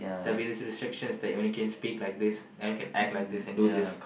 there'll be restrictions that you can only speak like this and can only act like this and do this